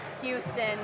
Houston